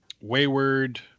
wayward